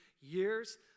years